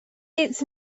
its